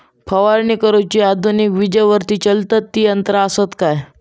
फवारणी करुची आधुनिक विजेवरती चलतत ती यंत्रा आसत काय?